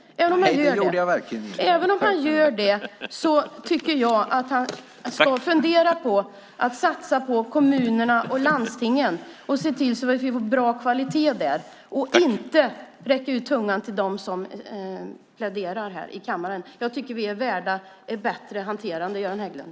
Även om Göran Hägglund gör det tycker jag att han ska fundera på att satsa på kommunerna och landstingen och se till att vi får bra kvalitet där - inte räcka ut tungan åt oss som pläderar här i kammaren. Jag tycker att vi är värda ett bättre hanterande, Göran Hägglund!